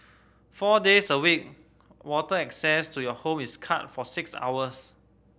four days a week water access to your home is cut for six hours